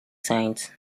science